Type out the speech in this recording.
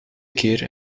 keer